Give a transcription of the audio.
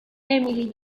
emily